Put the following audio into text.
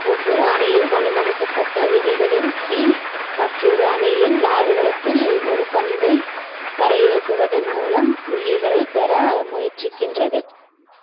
ஒவ்வொரு அணியும் ஒழுங்கமைக்கப்பட்ட விதிகளின் கீழ் மற்றொரு அணியின் ஆடுகளத்தில் ஒரு பந்தை தரையிறக்குவதன் மூலம் புள்ளிகளைப் பெற முயற்சிக்கின்றது